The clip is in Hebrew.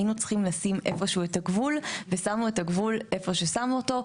היינו צריכים לשים איפה שהוא את הגבול ושמנו את הגבול איפה ששמנו אותו.